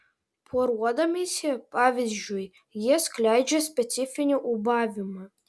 poruodamiesi pavyzdžiui jie skleidžia specifinį ūbavimą